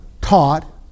taught